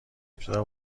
ابتدا